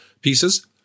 pieces